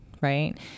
right